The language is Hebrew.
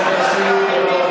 חבר הכנסת כסיף,